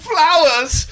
Flowers